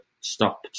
stop